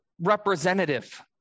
representative